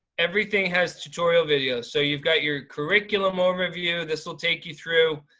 everything has tutorial videos. so you've got your curriculum overview, this will take you through